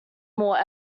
more